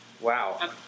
Wow